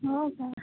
हो का